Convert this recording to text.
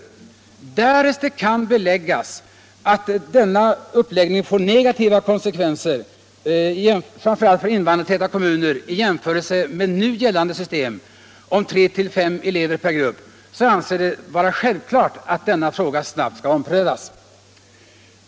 Därest det kan beläggas att denna konstruktion får negativa konsekvenser får framför allt de invandrartäta kommunerna i jämförelse med nu gällande system om tre-fem elever per grupp anser jag det vara självklart att denna fråga snabbt skall omprövas.